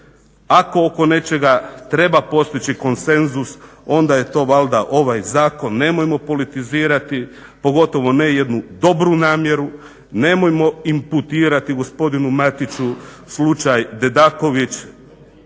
Ako oko nečega treba postići konsenzus onda je to valjda ovaj zakon. nemojmo politizirati, pogotovo ne jednu dobru namjeru, nemojmo imputirati gospodinu Matiću slučaj Dedaković